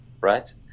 right